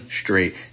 straight